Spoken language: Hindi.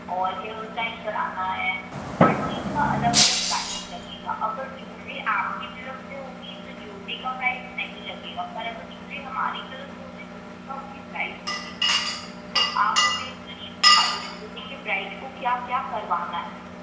और फिर उस टाइप कराना है तो हर चीज़ का अलग अलग प्राइज़ लगेगा अगर ज़्वूलरी आपकी तरफ से होगी तो ज़्वूलरी का प्राइज़ नहीं लगेगा पर अगर ज़्वूलरी हमारी तरफ से होगी तो उसका भी प्राइज़ लगेगा तो आप हमें एक बार ये बता दीजिए कि ब्राइड को क्या क्या करवाना है